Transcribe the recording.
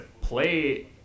play